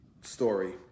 story